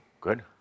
Good